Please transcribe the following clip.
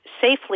safely